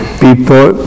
people